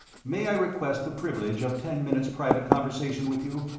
may i request the privilege of ten minutes' private conversation with you?